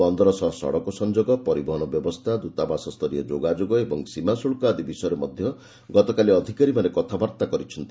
ବନ୍ଦର ସହ ସଡ଼କ ସଂଯୋଗ ପରିବହନ ବ୍ୟବସ୍ଥା ଦୂତାବାସ ସ୍ତରୀୟ ଯୋଗାଯୋଗ ଓ ସୀମାଶୁଳ୍କ ଆଦି ବିସୟରେ ମଧ୍ୟ ଗତକାଲି ଅଧିକାରୀମାନେ କଥାବାର୍ତ୍ତା କରିଛନ୍ତି